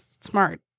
smart